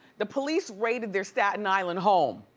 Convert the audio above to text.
the police raided their staten island home.